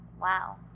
Wow